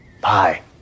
bye